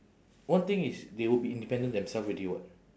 one thing is they will be independent themselves already [what]